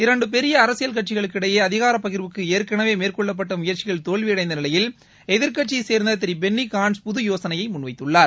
இரண்டு பெரிய அரசியல் கட்சிகளுக்கு இடையே அதிகார பகிர்வுக்கு ஏற்கனவே மேற்கொள்ளப்பட்ட முயற்சிகள் தோல்வியடைந்த நிலையில் எதிர்க்கட்சியை சேர்ந்த திரு பென்னி கான்ட்ஸ் புது யோசனையை முன் வைத்துள்ளார்